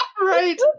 right